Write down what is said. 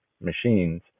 machines